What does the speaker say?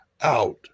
out